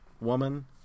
Woman